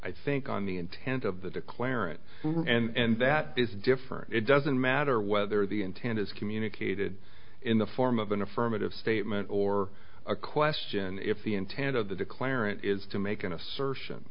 i think on the intent of the declarant and that is different it doesn't matter whether the intent is communicated in the form of an affirmative statement or a question if the intent of the declarant is to make an assertion